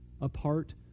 apart